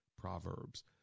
Proverbs